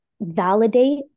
validate